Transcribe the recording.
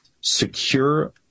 secure